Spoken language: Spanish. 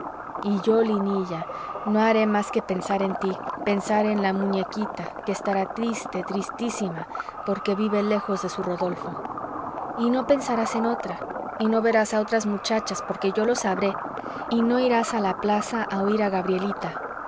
y yo linilla no baré más que pensar en ti pensar en la muñequita que estará triste tristísima porque vive lejos de su rodolfo y no pensarás en otra y no verás a otras muchachas porque yo lo sabré y no irás a la plaza a oir a gabrielita